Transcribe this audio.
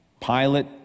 Pilate